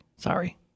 Sorry